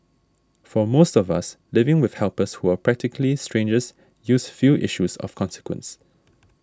for most of us living with helpers who are practically strangers yields few issues of consequence